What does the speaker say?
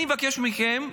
אני מבקש מכם,